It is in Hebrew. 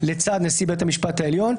לצד נשיא בית המשפט העליון.